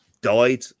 died